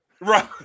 Right